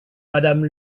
madame